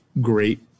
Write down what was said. great